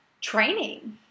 training